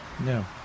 No